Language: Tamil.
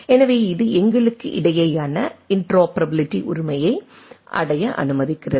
எனவே இது எங்களுக்கு இடையேயான இன்டரோபரபிலிடி உரிமையை அடைய அனுமதிக்கிறது